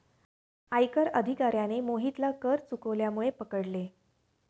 आयकर अधिकाऱ्याने मोहितला कर चुकवल्यामुळे पकडले